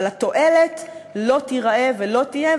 אבל התועלת לא תיראה ולא תהיה.